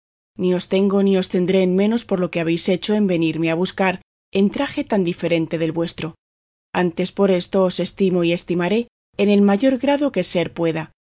os tengo ni os tendré en menos por lo que habéis hecho en venirme a buscar en traje tan diferente del vuestro antes por esto os estimo y estimaré en el mayor grado que ser pueda